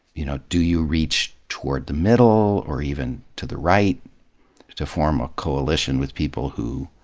you know do you reach toward the middle or even to the right to form a coalition with people who